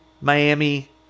Miami